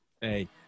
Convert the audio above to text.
Hey